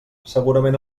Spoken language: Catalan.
segurament